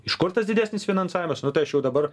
iš kur tas didesnis finansavimas nu tai aš jau dabar